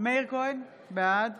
מאיר כהן, בעד